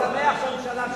אני גם שמח שהממשלה שלך,